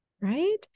right